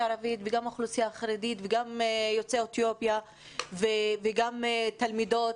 הערבית וגם האוכלוסייה החרדית וגם יוצאי אתיופיה וגם תלמידות.